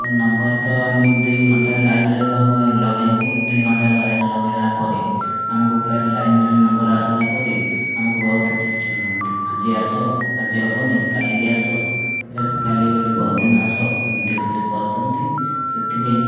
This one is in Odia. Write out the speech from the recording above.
ନମ୍ବର୍ ତ ଆମେ ଦି ଘଣ୍ଟା ଲାଇନ୍ର ତ ଲଗାଇବୁ ଦି ଘଣ୍ଟା ଲାଇନ୍ ଲଗାଇଲା ପରେ ଆମକୁ ଫେର୍ ଲାଇନ୍ରେ ନମ୍ବର୍ ଆସିଲା ପରେ ଆମକୁ ବହୁତ ଛିଟ ଛିଟ ହୁଅନ୍ତି ଆଜି ଆସ ଆଜି ହେବନି କାଲିକି ଆସ ଫେର୍ କାଲିିକି କାଲି ପହରଦିନ ଆସ ଏମିତି ଖାଲି କରିଦିଅନ୍ତି ସେଥିପାଇଁ